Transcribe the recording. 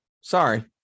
Sorry